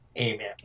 Amen